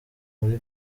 muri